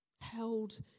Held